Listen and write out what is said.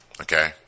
Okay